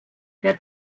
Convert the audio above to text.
der